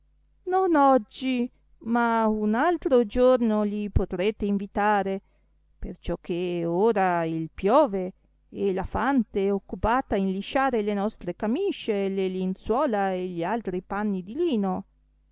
non oggi ma un altro giorno li potrete invitare perciò che ora il piove e la fante è occupata in lisciare le nostre camiscie le linzuola e gli altri panni di lino